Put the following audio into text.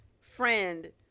friend